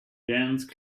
dense